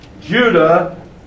Judah